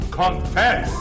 confess